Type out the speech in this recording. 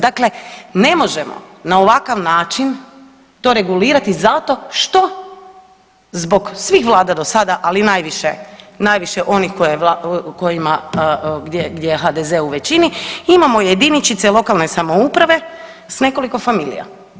Dakle, ne možemo na ovakav način to regulirati zato što zbog svih vlada do sada, ali najviše, najviše onih kojima gdje je HDZ u većini imamo jediničice lokalne samouprave s nekoliko familija.